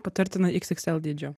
patartina iks iks l dydžio